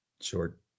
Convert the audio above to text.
short